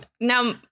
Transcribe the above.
Now